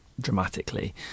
dramatically